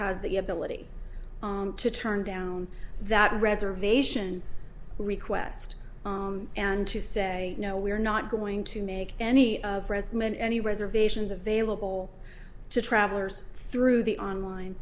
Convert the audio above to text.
has the ability to turn down that reservation request and to say no we're not going to make any men any reservations available to travelers through the online